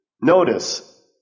Notice